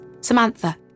Samantha